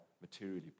materially